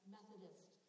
Methodist